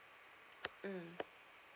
mm